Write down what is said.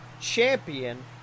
Champion